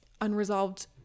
unresolved